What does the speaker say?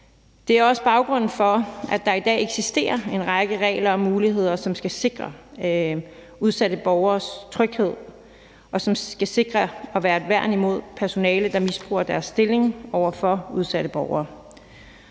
Det er også baggrunden for, at der i dag eksisterer en række regler og muligheder, som skal sikre udsatte borgeres tryghed, og som skal sikre at være et værn imod personale, der misbruger deres stilling over for udsatte borgere.